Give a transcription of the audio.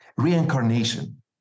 reincarnation